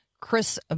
Chris